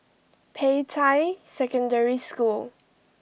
Peicai Secondary School